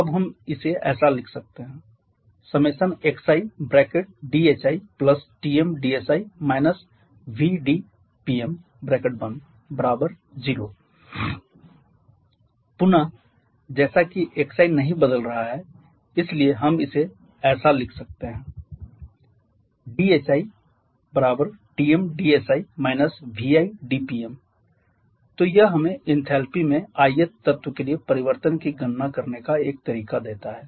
अब हम इसे ऐसा लिख सकते हैं i1kxi dhiTm dsi vdPm0 पुन जैसा कि xi नहीं बदल रहा है ईसलिए हम इसे ऐसा लिख सकते हैं dhiTm dsi vi dPm तो यह हमें इनथैलपी में ith तत्व के लिए परिवर्तन की गणना करने का एक तरीका देता है